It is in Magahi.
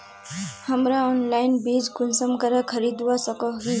हमरा ऑनलाइन बीज कुंसम करे खरीदवा सको ही?